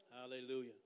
Hallelujah